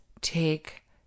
take